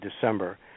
December